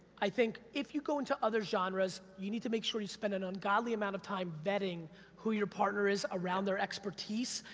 i think, if you go into other genres, you need to make sure you spend it an ungodly amount of time vetting who your partner is around their expertise,